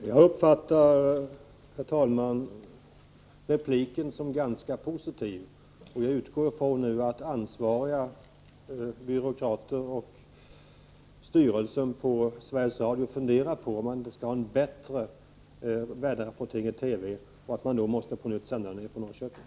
Herr talman! Jag uppfattar repliken som ganska positiv och utgår nu från att ansvariga byråkrater och styrelsen på Sveriges Radio funderar på om man skall ha en bättre väderrapportering i TV och om man inte då på nytt måste sända från Norrköping.